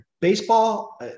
baseball